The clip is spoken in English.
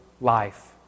life